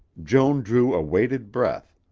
joan drew a weighted breath,